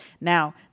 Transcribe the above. Now